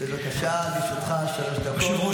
תודה רבה.